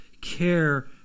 care